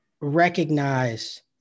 recognize